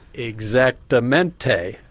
exactamente.